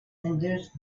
induced